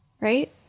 right